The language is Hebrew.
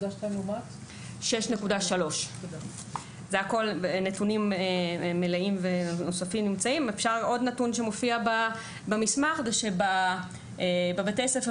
עוד נתון שמופיע במסמך הוא שיש יותר בתי הספר